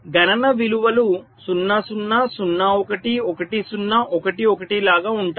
గణన విలువలు 0 0 0 1 1 0 1 1 లాగా ఉంటాయి